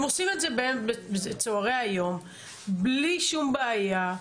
הם עושים את זה בצוהרי היום בלי שום בעיה,